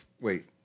Wait